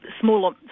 Smaller